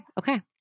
Okay